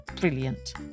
brilliant